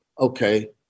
Okay